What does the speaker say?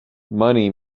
money